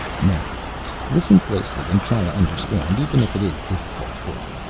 now listen closely and try and understand, even if it is difficult for you,